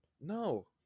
no